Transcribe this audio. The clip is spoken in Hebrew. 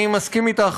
אני מסכים אתך,